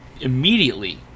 immediately